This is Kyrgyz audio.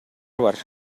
бар